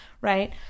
right